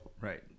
right